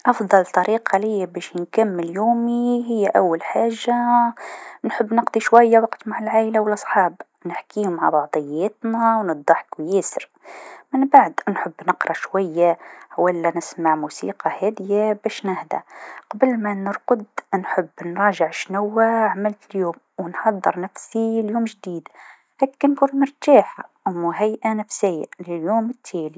أفضل طريقه ليا باش نكمل يومي هي أول حاجه نحب نقضي شويا الوقت مع العايله و لصحاب، نحكيو مع بعضياتنا و ننضحكو ياسر، منبعد نحب نقرأ شويا و لا نسمع موسيقى هاديه باش نهدا، قبل ما نرقد نحب نراجع شنوا عملت اليوم و نحضر نفسي ليوم جديد، هاكا نكون مرتاحه و مهيئه نفسيا ليوم التالي.